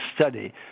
study